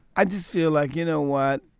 i just feel like you know what?